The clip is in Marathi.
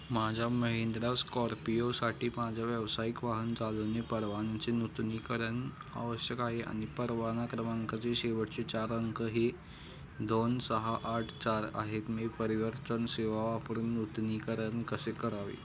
माझ्या महिंद्रा स्कॉर्पियोसाठी माझ्या व्यावसायिक वाहन चालवणे परवान्याचे नूतनीकरण आवश्यक आहे आणि परवाना क्रमांकाचे शेवटचे चार अंक हे दोन सहा आठ चार आहेत मी परिवर्तन सेवा वापरून नूतनीकरण कसे करावे